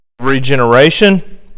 regeneration